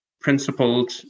principled